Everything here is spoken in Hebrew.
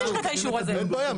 אין בעיה.